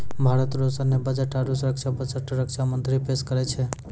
भारत रो सैन्य बजट आरू रक्षा बजट रक्षा मंत्री पेस करै छै